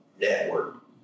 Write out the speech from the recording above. network